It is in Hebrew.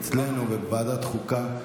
אצלנו ובוועדת חוקה,